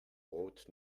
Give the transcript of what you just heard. brot